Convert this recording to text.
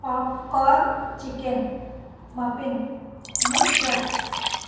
popcorn chicken muffin milk dates